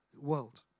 world